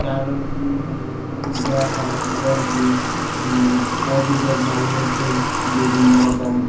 চার দেওয়া হয় এমন কি পশুদের মাঝে মধ্যে বিভিন্ন রকম